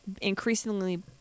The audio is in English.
increasingly